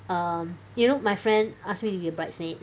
um you know my friend ask me to be her bridesmaid